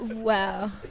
Wow